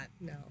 No